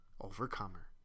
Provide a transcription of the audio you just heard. overcomer